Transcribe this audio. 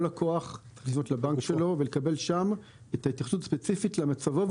כל לקוח צריך לפנות לבנק שלו ולקבל שם את ההתייחסות הספציפית למצבו.